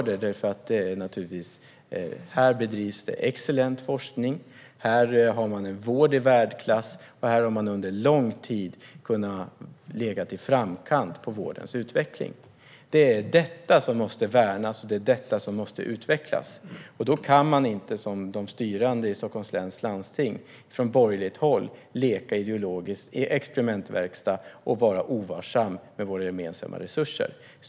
Det beror på att här bedrivs excellent forskning, här har man en vård i världsklass och här har man under lång tid kunnat ligga i framkant på vårdens utveckling. Det är detta som måste värnas, och det är detta som måste utvecklas. Då kan man inte som de styrande i Stockholms läns landsting från borgerligt håll leka ideologisk experimentverkstad och vara ovarsam med våra gemensamma resurser.